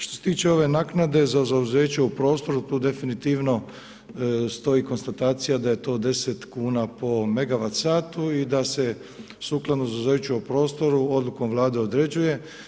Što se tiče ove naknade za zauzeće u prostor tu definitivno stoji konstatacija da je to 10 kuna po MWh i da se sukladno zauzeću o prostoru odlukom Vlade određuje.